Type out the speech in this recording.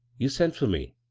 you sent for me?